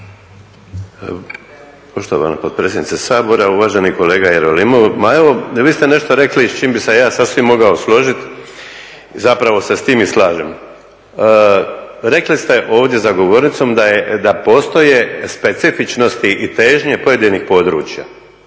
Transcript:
Poštovana potpredsjednice Sabora, uvaženi kolega Jerolimov ma evo vi ste nešto rekli s čim bi se ja sasvim mogao složiti, zapravo se s tim i slažem. Rekli ste ovdje za govornicom da postoje specifičnosti i težnje pojedinih područja.